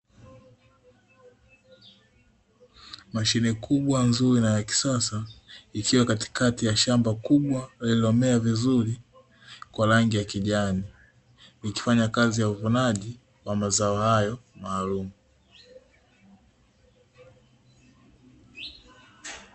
Mashine kubwa nzuri na ya kisasa ikiwa katikati ya shamba kubwa lililomea vizuri kwa rangi ya kijani, ikifanya kazi ya uvunaji wa mazao hayo maalumu.